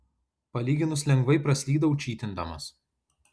palyginus lengvai praslydau čytindamas